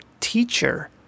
teacher